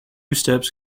steps